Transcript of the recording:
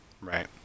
right